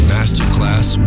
Masterclass